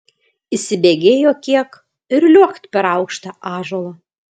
įsibėgėjo kiek ir liuokt per aukštą ąžuolą